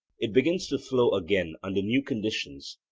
it begins to flow again under new conditions,